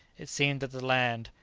it seemed that the land,